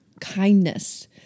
kindness